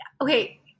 okay